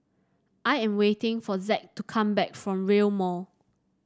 I am waiting for Zack to come back from Rail Mall